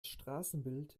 straßenbild